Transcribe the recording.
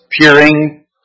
peering